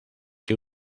que